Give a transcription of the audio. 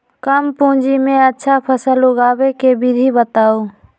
कम पूंजी में अच्छा फसल उगाबे के विधि बताउ?